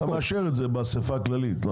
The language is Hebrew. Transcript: אתה מאשר את זה באספה הכללית.